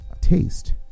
taste